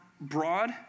broad